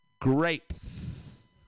grapes